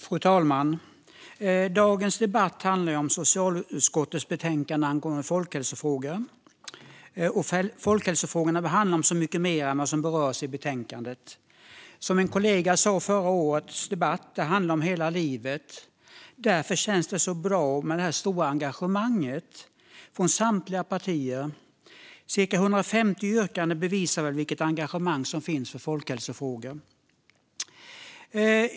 Fru talman! Dagens debatt handlar om socialutskottets betänkande angående folkhälsofrågor. Folkhälsofrågorna handlar om så mycket mer än vad som berörs i betänkandet. Som en kollega sa i förra årets debatt handlar det om hela livet. Därför känns det så bra med det stora engagemanget från samtliga partier. Cirka 150 yrkanden bevisar väl vilket engagemang som finns för folkhälsofrågor.